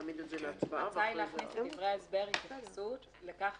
ההצעה היא להכניס לדברי ההסבר התייחסות לכך